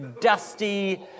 dusty